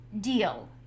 deal